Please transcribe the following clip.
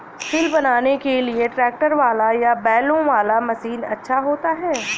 सिल बनाने के लिए ट्रैक्टर वाला या बैलों वाला मशीन अच्छा होता है?